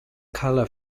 colour